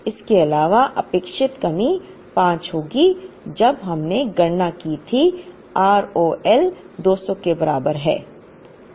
इसके अलावा अपेक्षित कमी 5 होगी जब हमने गणना की थी आरओआर 200 के बराबर है